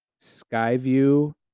Skyview